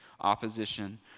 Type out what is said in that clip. opposition